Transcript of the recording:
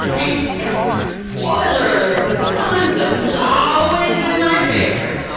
and spoiler alert but gonzo, who's always been my favorite,